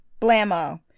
Blammo